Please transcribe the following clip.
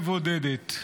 ומבודדת.